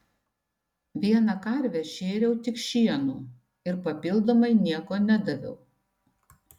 vieną karvę šėriau tik šienu ir papildomai nieko nedaviau